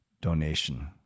donation